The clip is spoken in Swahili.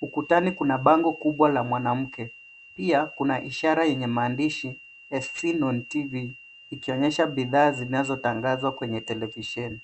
Ukutani kuna bango kubwa la mwanamke. Pia, kuna ishara yenye maandishi as seen on TV , ikionyesha bidhaa zinazotangaza kwenye televisheni.